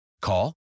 Call